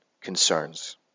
concerns